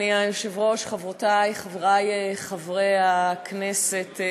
אדוני היושב-ראש, חברותי וחברי חברי הכנסת,